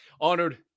honored